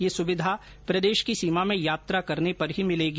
ये सुविधा प्रदेश की सीमा में यात्रा करने पर ही मिलेगी